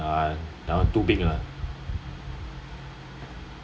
uh that one too big lah